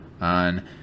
on